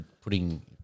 putting